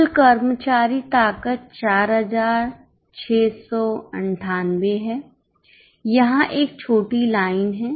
कुल कर्मचारी ताकत 4698 है यहां एक छोटी लाइन है